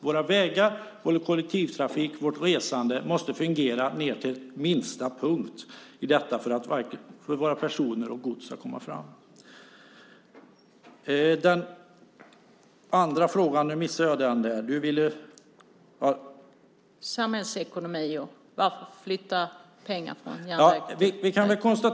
Våra vägar, vår kollektivtrafik och vårt resande måste fungera ned till minsta punkt för att personer och gods ska komma fram. Jag missade den andra frågan. : Det handlade om samhällsekonomi och att flytta pengar från järnväg.)